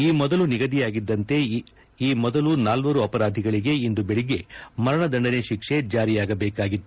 ಈ ಮೊದಲು ನಿಗದಿಯಾಗಿದ್ದಂತೆ ಈ ಮೊದಲು ನಾಲ್ವರು ಅಪರಾಧಿಗಳಿಗೆ ಇಂದು ಬೆಳಿಗ್ಗೆ ಮರಣದಂಡನೆ ಶಿಕ್ಷೆ ಜಾರಿಯಾಗಬೇಕಾಗಿತ್ತು